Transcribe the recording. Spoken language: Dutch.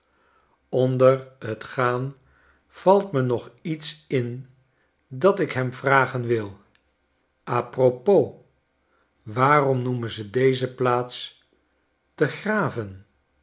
onder t gaan valt me nog iets in dat ik hem vragen wil a propos waarom noemen ze deze plaats de graven